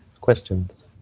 Questions